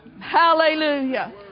hallelujah